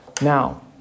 Now